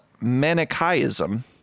Manichaeism